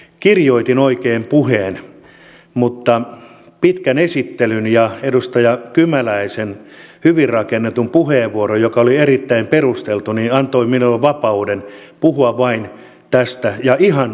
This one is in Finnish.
kirjoitin oikein puheen mutta pitkä esittely ja edustaja kymäläisen hyvin rakennettu puheenvuoro joka oli erittäin perusteltu antoivat minulle vapauden puhua vain tästä ja ihan omasta päästäni